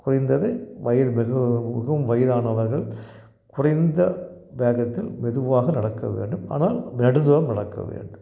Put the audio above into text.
குறைந்தது வயது மெது மிகவும் வயதானவர்கள் குறைந்த வேகத்தில் மெதுவாக நடக்க வேண்டும் ஆனால் நெடுந்தூரம் நடக்க வேண்டும்